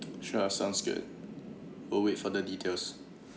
sure sounds good we'll wait for the details